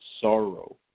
sorrow